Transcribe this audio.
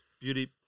beauty